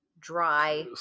dry